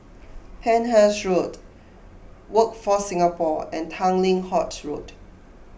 Penhas Road Workforce Singapore and Tanglin Halt Road